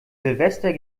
silvester